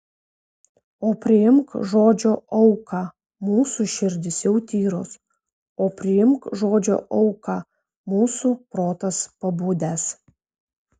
o priimk žodžio auką mūsų širdys jau tyros o priimk žodžio auką mūsų protas pabudęs